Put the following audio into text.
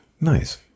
nice